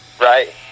Right